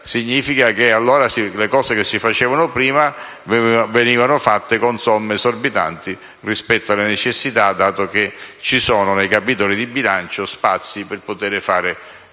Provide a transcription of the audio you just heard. significa che le cose che si facevano prima venivano fatte con somme esorbitanti rispetto alle necessità, dato che ci sono, nei capitoli di bilancio, spazi per poter assolvere